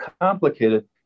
complicated